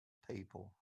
people